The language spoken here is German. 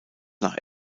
nach